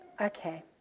okay